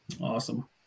Awesome